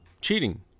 Cheating